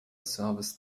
service